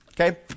okay